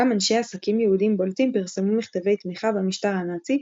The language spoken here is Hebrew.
גם אנשי עסקים יהודים בולטים פרסמו מכתבי תמיכה במשטר הנאצי,